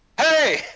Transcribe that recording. Hey